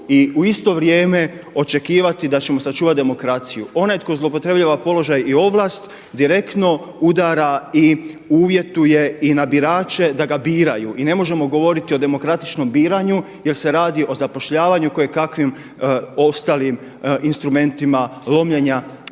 i u isto vrijeme očekivati da ćemo sačuvati demokraciju. Onaj tko zloupotrebljava položaj i ovlast direktno udara i uvjetuje i na birače da ga biraju. I ne možemo govoriti o demokratičnom biranju jer se radi o zapošljavanju, kojekakvim ostalim instrumentima lomljenja